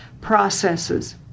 processes